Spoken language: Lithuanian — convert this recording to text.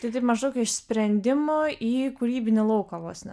tai taip maždaug iš sprendimo į kūrybinį lauką vos ne